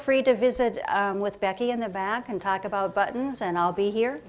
free to visit with becky in the back and talk about buttons and i'll be here